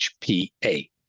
HPA